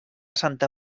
santa